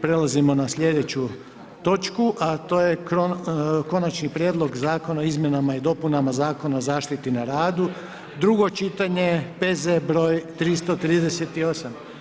prelazimo na sljedeću točku, a to je - Konačni prijedlog zakona o izmjenama i dopunama Zakona o zaštiti na radu, drugo čitanje, P.Z. broj 338.